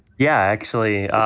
yeah, actually